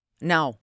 Now